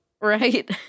Right